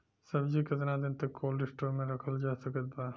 सब्जी केतना दिन तक कोल्ड स्टोर मे रखल जा सकत बा?